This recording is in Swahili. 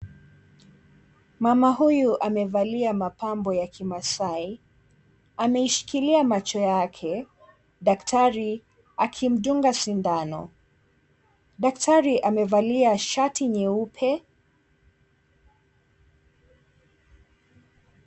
Mama huyu amevalia mapambo ya kimasai, ameishikilia macho yake daktari akimdunga sindano. Daktari amevalia shati nyeupe.